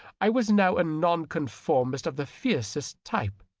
i was now a non-conformist of the fiercest type.